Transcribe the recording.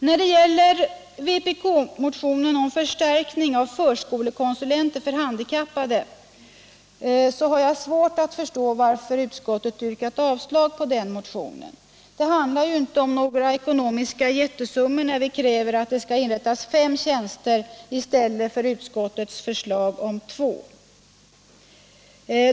När det gäller vpk-motionen om förstärkning av antalet förskolekonsulenter för handikappade har jag svårt att förstå varför utskottet yrkar avslag på denna motion. Det handlar ju inte om några jättesummor när vi kräver att det skall inrättas fem tjänster i stället för — enligt utskottets förslag - två tjänster.